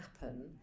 happen